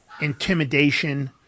intimidation